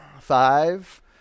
Five